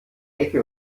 ecke